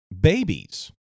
Babies